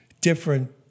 different